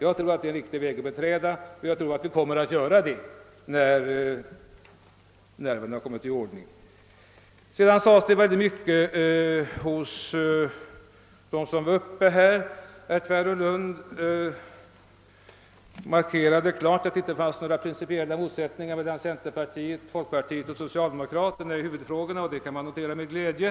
Jag tror det är en riktig väg att beträda, och jag tror att vi kommer att beträda den när nerverna har kommit i ordning. Herr Nilsson i Tvärålund markerade klart att det inte finns några principiella motsättningar mellan centerpartiet, folkpartiet och socialdemokraterna i huvudfrågan, och det noterar jag med glädje.